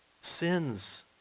sins